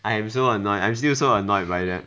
I am so annoyed I am still so annoyed by that